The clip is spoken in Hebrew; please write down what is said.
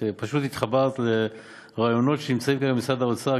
את פשוט התחברת לרעיונות שנמצאים כאן במשרד האוצר,